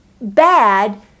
bad